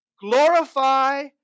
Glorify